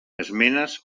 esmenes